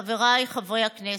נכבדיי, חבריי חברי הכנסת,